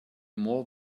more